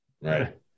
right